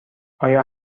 آیا